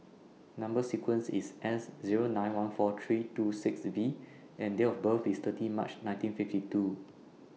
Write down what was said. Number sequence IS S Zero nine one four three two six V and Date of birth IS thirty March nineteen fifty two